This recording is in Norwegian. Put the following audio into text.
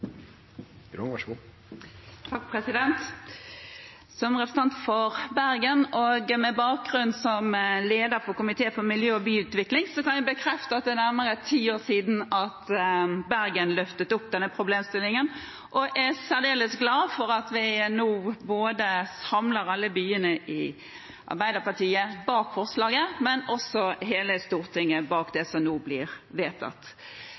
Som representant fra Bergen og med bakgrunn som leder for komiteen for miljø- og byutvikling kan jeg bekrefte at det er nærmere ti år siden Bergen løftet opp denne problemstillingen, og jeg er særdeles glad for at vi nå samler alle byene bak forslaget fra Arbeiderpartiet og også hele Stortinget bak det som nå blir vedtatt.